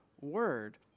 word